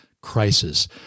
crisis